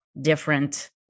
different